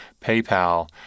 PayPal